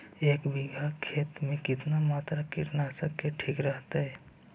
एक बीघा खेत में कितना मात्रा कीटनाशक के ठिक रहतय?